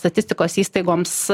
statistikos įstaigoms